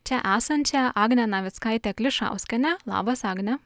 čia esančią agnę navickaitę klišauskienę labas agne